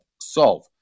solve